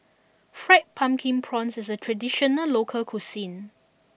Fried Pumpkin Prawns is a traditional local cuisine